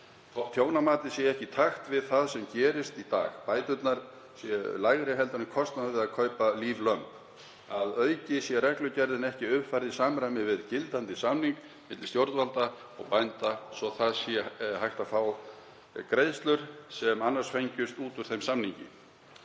Tjónamatið sé ekki í takt við það sem gerist í dag, bæturnar eru lægri en kostnaður við að kaupa líflömb. Að auki sé reglugerðin ekki uppfærð í samræmi við gildandi samning milli stjórnvalda og bænda svo að hægt sé að fá greiðslur sem annars fengjust út úr þeim samningi.